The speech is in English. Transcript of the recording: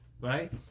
right